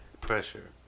pressure